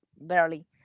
barely